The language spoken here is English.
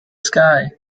sky